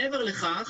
מעבר לכך,